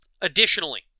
Additionally